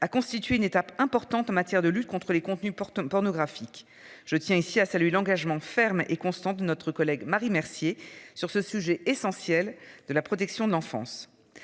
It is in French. a constitué une étape importante en matière de lutte contre les contenus portant pornographique. Je tiens ici à saluer l'engagement ferme et constante de notre collègue Marie Mercier sur ce sujet essentiel de la protection de l'enfance.